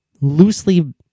loosely